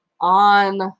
on